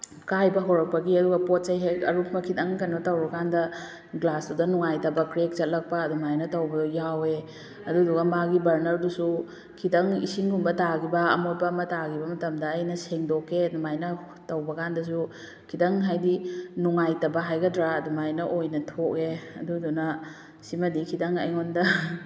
ꯀꯥꯏꯕ ꯍꯧꯔꯛꯄꯒꯤ ꯑꯗꯨꯒ ꯄꯣꯠꯆꯩ ꯍꯦꯛ ꯑꯔꯨꯝꯕ ꯈꯤꯇꯪ ꯀꯩꯅꯣ ꯇꯧꯔꯨꯀꯥꯟꯗ ꯒ꯭ꯂꯥꯁꯇꯨꯗ ꯅꯨꯡꯉꯥꯏꯇꯕ ꯀ꯭ꯔꯦꯛ ꯆꯠꯂꯛꯄ ꯑꯗꯨꯃꯥꯏꯅ ꯇꯧꯕ ꯌꯥꯎꯑꯦ ꯑꯗꯨꯗꯨꯒ ꯃꯥꯒꯤ ꯕꯔꯅꯔꯗꯨꯁꯨ ꯈꯤꯇꯪ ꯏꯁꯤꯡꯒꯨꯝꯕ ꯇꯥꯒꯤꯕ ꯑꯃꯣꯠꯄ ꯑꯃ ꯇꯥꯒꯤꯕ ꯃꯇꯝꯗ ꯑꯩꯅ ꯁꯦꯡꯗꯣꯛꯀꯦ ꯑꯗꯨꯃꯥꯏꯅ ꯇꯧꯕꯀꯥꯟꯗꯁꯨ ꯈꯤꯇꯪ ꯍꯥꯏꯗꯤ ꯅꯨꯡꯉꯥꯏꯇꯕ ꯍꯥꯏꯒꯗ꯭ꯔꯥ ꯑꯗꯨꯃꯥꯏꯅ ꯑꯣꯏꯅ ꯊꯣꯛꯑꯦ ꯑꯗꯨꯗꯨꯅ ꯁꯤꯃꯗꯤ ꯈꯤꯇꯪ ꯑꯩꯉꯣꯟꯗ